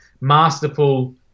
masterful